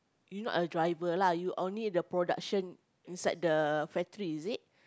you not a driver lah you only the production inside the factory is it